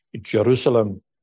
Jerusalem